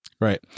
right